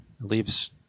Leaves